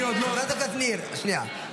חברת הכנסת ניר, שנייה.